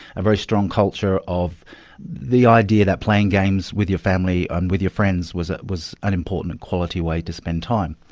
a very strong culture of the idea that playing games with your family and with your friends was ah was an important quality way to spend time.